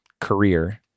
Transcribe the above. career